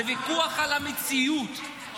זה ויכוח על המציאות.